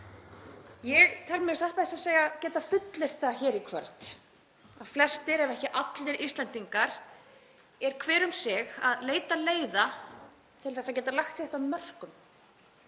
Ég tel mig satt best að segja geta fullyrt það hér í kvöld að flestir ef ekki allir Íslendingar eru hver um sig að leita leiða til þess að geta lagt sitt af mörkum